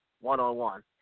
one-on-one